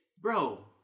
bro